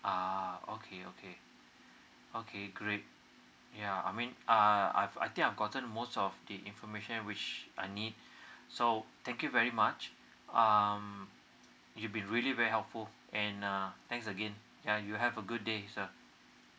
oh okay okay okay great yeah I mean uh I've I think I've gotten most of the information which I need so thank you very much um you been really very helpful and uh thanks again yeah you have a good day sir